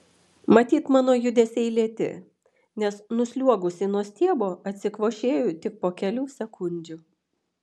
matyt mano judesiai lėti nes nusliuogusi nuo stiebo atsikvošėju tik po kelių sekundžių